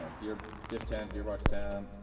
gear diff temp, gearbox temp,